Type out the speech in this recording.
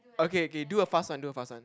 okay okay do a fast one do a fast one